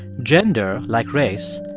gender, like race,